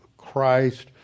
Christ